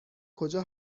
کجا